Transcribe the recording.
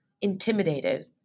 intimidated